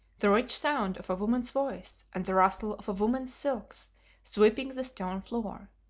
the rich sound of a woman's voice and the rustle of a woman's silks sweeping the stone floor.